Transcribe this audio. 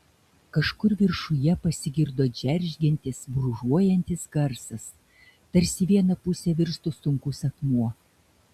kažkur viršuje pasigirdo džeržgiantis brūžuojantis garsas tarsi į vieną pusę virstų sunkus akmuo